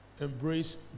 embrace